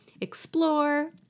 explore